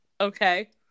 Okay